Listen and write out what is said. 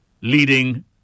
leading